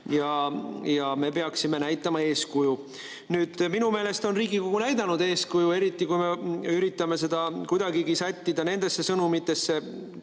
ja me peaksime näitama eeskuju. Nüüd, minu meelest on Riigikogu näidanud eeskuju, eriti kui me üritame seda kuidagigi sättida nendesse sõnumitesse